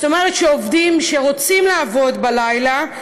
זאת אומרת שעובדים שרוצים לעבוד בלילה,